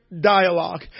dialogue